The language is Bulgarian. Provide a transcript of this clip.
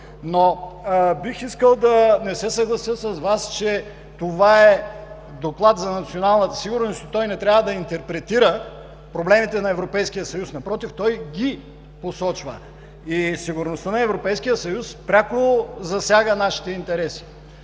Но бих искал да не се съглася с Вас, че това е Доклад за националната сигурност и той не трябва да интерпретира проблемите на Европейския съюз. Напротив, той ги посочва. И сигурността на Европейския съюз пряко засяга нашите интереси.